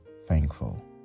thankful